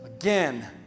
Again